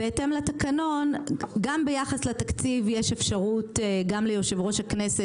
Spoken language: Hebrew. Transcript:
בהתאם לתקנון גם ביחס לתקציב יש אפשרות גם ליושב ראש הכנסת